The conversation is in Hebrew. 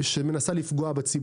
שמנסה לפגוע בציבור.